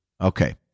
Okay